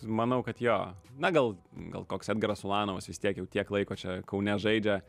manau kad jo na gal gal koks edgaras ulanovas vis tiek jau tiek laiko čia kaune žaidžia